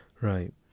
Right